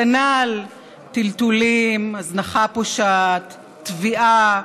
כנ"ל טלטולים, הזנחה פושעת, טביעה,